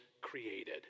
created